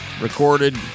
recorded